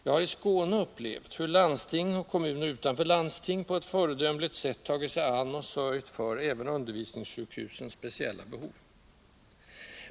Jag har i Skåne upplevt hur ett landsting och en kommun utanför landsting på ett föredömligt sätt tagit sig an och sörjt för även undervisningssjukhusens speciella behov.